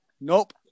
Nope